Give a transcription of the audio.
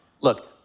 Look